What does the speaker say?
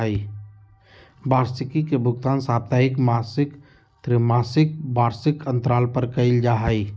वार्षिकी के भुगतान साप्ताहिक, मासिक, त्रिमासिक, वार्षिक अन्तराल पर कइल जा हइ